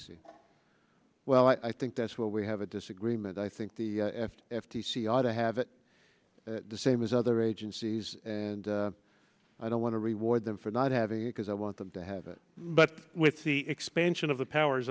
c well i think that's where we have a disagreement i think the f t c ought to have it the same as other agencies and i don't want to reward them for not having it because i want them to have it but with the expansion of the powers